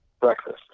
breakfast